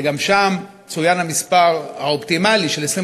וגם שם צוין המספר האופטימלי של 25